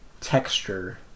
texture